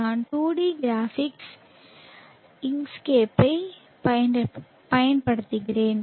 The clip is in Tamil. நான் 2 டி கிராபிக்ஸ் இன்க்ஸ்கேப்பைப் பயன்படுத்துகிறேன்